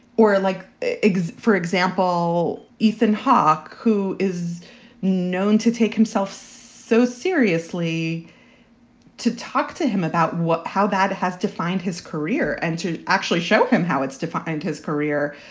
or like, for example, ethan hawke, who is known to take himself so seriously to talk to him about what how bad has defined his career and to actually show him how it's defined his career,